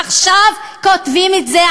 עכשיו כותבים את זה,